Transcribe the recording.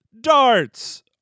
darts